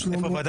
ווליד